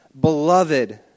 Beloved